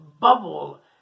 bubble